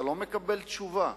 אתה לא מקבל תשובה,